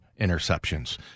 interceptions